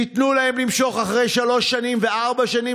תנו להם למשוך אחרי שלוש שנים וארבע שנים.